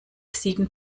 sieben